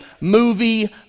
Movie